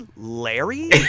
Larry